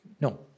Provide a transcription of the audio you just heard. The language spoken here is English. No